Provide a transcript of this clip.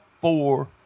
four